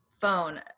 phone